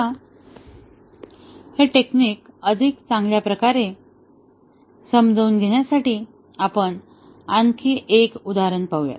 आता हे टेक्निक अधिक चांगल्या प्रकारे समजून घेण्यासाठी आपण आणखी एक उदाहरण पाहू